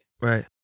Right